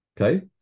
Okay